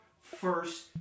first